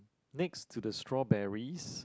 next to the strawberries